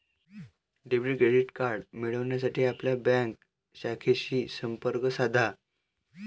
debit credit card मिळविण्यासाठी आपल्या bank शाखेशी संपर्क साधा